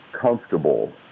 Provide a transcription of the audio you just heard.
comfortable